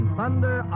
Thunder